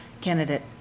Candidate